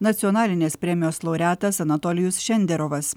nacionalinės premijos laureatas anatolijus šenderovas